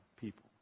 people